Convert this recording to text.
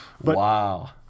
Wow